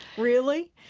really.